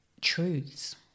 truths